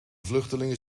vluchtelingen